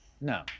no